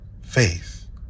faith